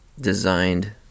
designed